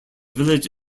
village